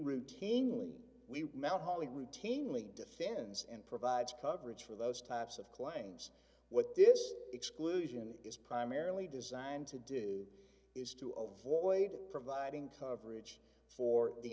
routinely we mount holly routinely defends and provides coverage for those types of claims what this exclusion is primarily designed to do is to avoid providing coverage for the